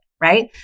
right